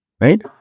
right